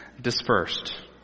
dispersed